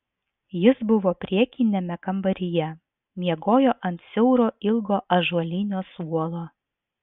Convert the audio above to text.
jis buvo priekiniame kambaryje miegojo ant siauro ilgo ąžuolinio suolo